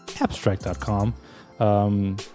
abstract.com